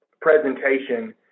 presentation